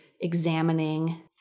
examining